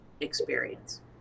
experience